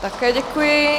Také děkuji.